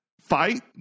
fight